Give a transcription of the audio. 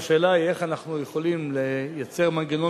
השאלה היא איך אנחנו יכולים לייצר מנגנון